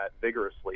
vigorously